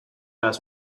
las